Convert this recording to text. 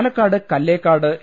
Palakkad Kallekkad A